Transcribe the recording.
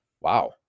Wow